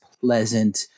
pleasant